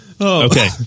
okay